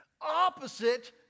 opposite